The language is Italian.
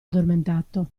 addormentato